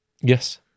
Yes